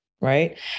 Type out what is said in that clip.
right